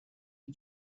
you